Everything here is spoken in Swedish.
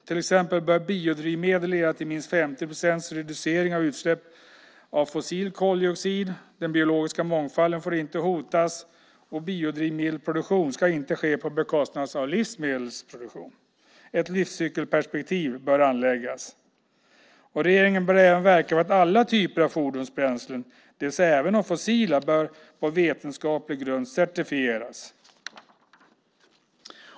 Till exempel bör biodrivmedel leda till minst 50 procents reducering av utsläpp av fossil koldioxid, den biologiska mångfalden får inte hotas och biodrivmedelsproduktion ska inte ske på bekostnad av livsmedelsproduktion. Ett livscykelperspektiv bör anläggas. Regeringen bör även verka för att alla typer av fordonsbränslen, det vill säga även de fossila, på vetenskaplig grund certifieras.